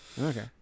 Okay